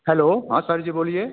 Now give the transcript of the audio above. hello हाँ sir ji बोलिए